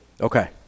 Okay